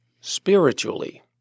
spiritually